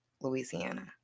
Louisiana